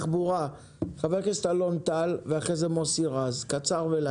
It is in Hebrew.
חברה ישראלית כבר לא סטארט-אפ שלקחה